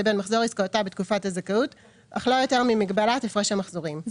לבין מחזור עסקאותיו בתקופת הזכאות אך לא יותר ממגבלת הפרש המחזורים,